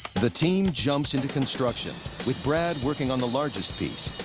the team jumps into construction with brad working on the largest piece,